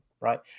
right